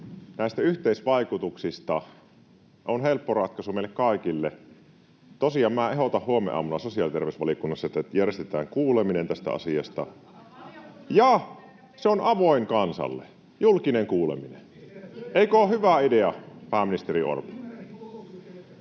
näistä yhteisvaikutuksista. Se on helppo ratkaisu meille kaikille. Tosiaan minä ehdotan huomenaamuna sosiaali- ja terveysvaliokunnassa, että järjestetään kuuleminen tästä asiasta ja se on avoin kansalle, julkinen kuuleminen. Eikö ole hyvä idea, pääministeri Orpo?